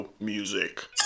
music